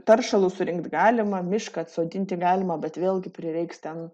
taršalus surinkt galima mišką atsodinti galima bet vėlgi prireiks ten